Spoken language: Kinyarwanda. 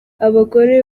abagore